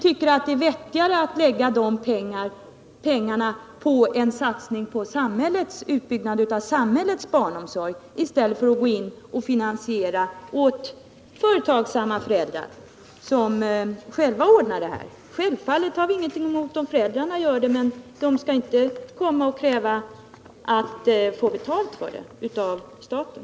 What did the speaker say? Vi tycker det är vettigare att lägga ned de pengarna på en satsning på utbyggnaden av samhällets barnomsorg än att finansiera barnomsorgsverksamheten för företagsamma föräldrar, som själva kan ordna verksamheten. Naturligtvis klandrar vi inte de föräldrar som gör det i den bristsituation som råder, men vi anser inte att de sedan skall kunna kräva att få betalt av staten.